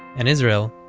and israel,